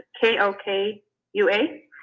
K-O-K-U-A